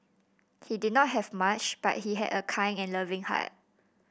he did not have much but he had a kind and loving heart